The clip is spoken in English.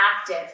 active